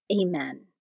Amen